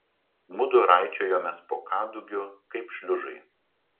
mudu raičiojomės po kadugiu kaip šliužai